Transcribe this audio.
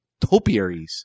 Topiaries